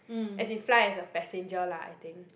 as in fly as a passenger lah I think